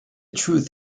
truth